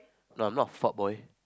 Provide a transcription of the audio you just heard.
no I'm not for boy